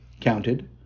counted